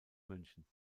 münchen